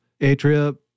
Atria